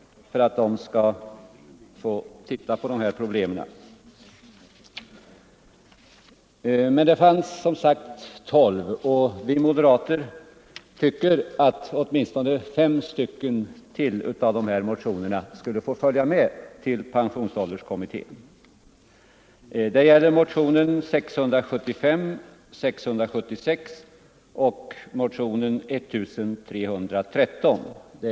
Men det fanns som sagt tolv motioner, och vi moderater i utskottet anser att åtminstone ytterligare fem av motionerna borde ha fått följa med till pensionsålderskommittén. Det gäller moderatmotionerna 675, 676 och 1313.